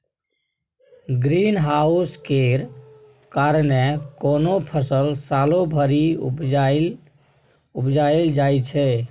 green house केर कारणेँ कोनो फसल सालो भरि उपजाएल जाइ छै